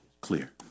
clear